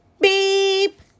Beep